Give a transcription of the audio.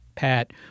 Pat